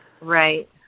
Right